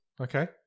Okay